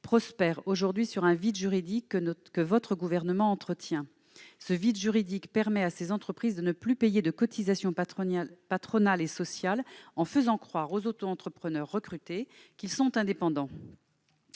-prospèrent sur un vide juridique, que votre gouvernement entretient. Ce vide juridique permet à ces entreprises de ne pas payer de cotisations sociales patronales, en faisant croire aux autoentrepreneurs recrutés qu'ils sont indépendants.